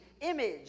image